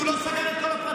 כי הוא לא סגר את כל הפרצות.